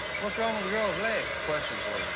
what's wrong with the girl's leg? question for ya.